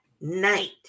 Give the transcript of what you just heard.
night